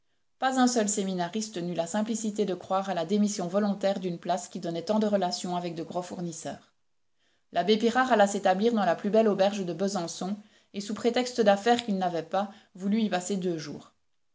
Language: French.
pas un seul séminariste n'eut la simplicité de croire à la démission volontaire d'une place qui donnait tant de relations avec de gros fournisseurs l'abbé pirard alla s'établir dans la plus belle auberge de besançon et sous prétexte d'affaires qu'il n'avait pas voulut y passer deux jours